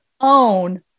Own